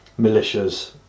militias